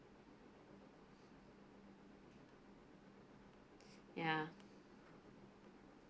ya